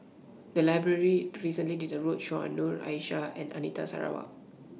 The Library recently did A roadshow on Noor Aishah and Anita Sarawak